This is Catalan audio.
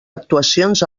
actuacions